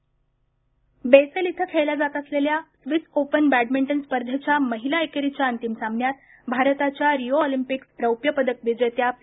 सिंध पराभव बेसेल इथं खेळल्या जात असलेल्या स्विस ओपन बॅडमिंटन स्पर्धेच्या महिला एकेरीच्या अंतिम सामन्यात भारताच्या रिओ ऑलिम्पिक्स रौप्य पदक विजेत्या पी